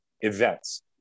events